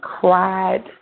cried